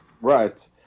Right